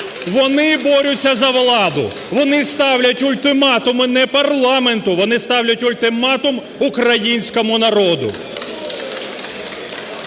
Вони борються за владу, вони ставлять ультиматуми не парламенту, вони ставлять ультиматум українському народу!